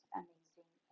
amazing